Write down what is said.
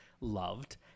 loved